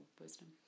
wisdom